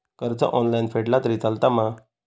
कर्ज ऑनलाइन फेडला तरी चलता मा?